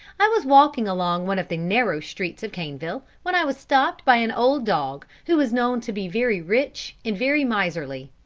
i was walking along one of the narrow streets of caneville, when i was stopped by an old dog, who was known to be very rich and very miserly.